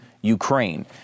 Ukraine